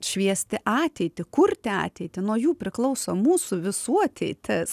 šviesti ateitį kurti ateitį nuo jų priklauso mūsų visų ateitis